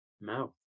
mouth